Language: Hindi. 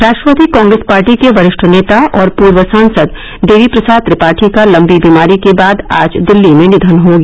राष्टवादी कांग्रेस पार्टी के वरिष्ठ नेता और पूर्व सांसद देवी प्रसाद त्रिपाठी का लम्बी बीमारी के बाद आज दिल्ली में निधन हो गया